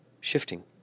Shifting